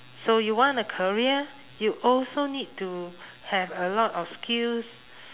so you want a career you also need to have a lot of skills